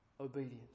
Obedience